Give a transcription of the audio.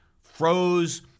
froze